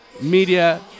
Media